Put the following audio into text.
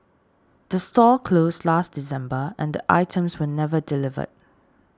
the store closed last December and the items were never delivered